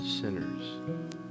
sinners